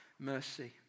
Mercy